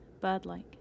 bird-like